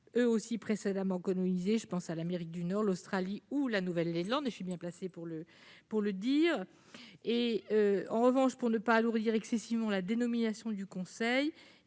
eux aussi précédemment colonisés : je pense à l'Amérique du Nord, à l'Australie ou encore à la Nouvelle-Zélande- je suis bien placée pour le dire. En revanche, pour ne pas alourdir excessivement l'appellation du conseil,